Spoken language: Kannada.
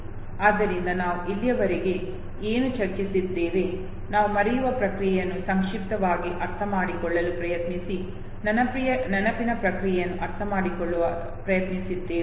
ಆದ್ದರಿಂದ ನಾವು ಇಲ್ಲಿಯವರೆಗೆ ಏನು ಚರ್ಚಿಸಿದ್ದೇವೆ ನಾವು ಮರೆಯುವ ಪ್ರಕ್ರಿಯೆಯನ್ನು ಸಂಕ್ಷಿಪ್ತವಾಗಿ ಅರ್ಥಮಾಡಿಕೊಳ್ಳಲು ಪ್ರಯತ್ನಿಸಿ ನೆನಪಿನ ಪ್ರಕ್ರಿಯೆಯನ್ನು ಅರ್ಥಮಾಡಿಕೊಳ್ಳಲು ಪ್ರಯತ್ನಿಸಿದ್ದೇವೆ